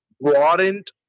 broadened